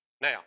Now